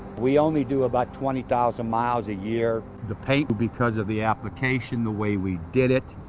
we only do about twenty thousand miles a year the paint, because of the application, the way we did it,